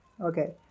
okay